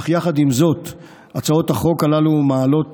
אך יחד עם זאת הצעות החוק הללו מעלות